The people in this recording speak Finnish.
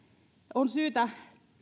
on syytä